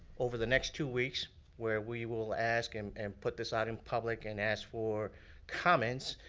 over the next two weeks where we will ask and and put this item public. and ask for comments.